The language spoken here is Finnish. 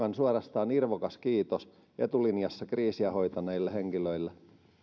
on suorastaan irvokas kiitos etulinjassa kriisiä hoitaneille henkilöille